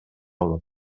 болот